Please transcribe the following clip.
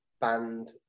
band